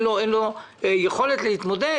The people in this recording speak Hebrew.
שאין לו יכולת להתמודד.